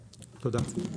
תודה.